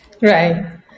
Right